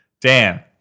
Dan